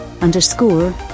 underscore